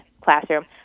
classroom